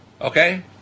Okay